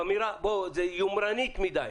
זו אמירה יומרנית מדי.